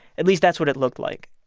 at least that's what it looked like.